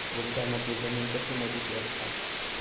गुंठयामध्ये जमीन कशी मोजूची असता?